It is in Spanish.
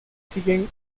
siguen